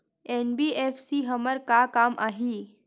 NBFC हमर का काम आही?